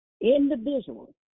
individual